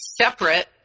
separate